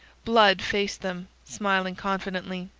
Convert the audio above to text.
blood faced them, smiling confidently.